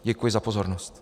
Děkuji za pozornost.